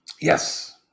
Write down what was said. Yes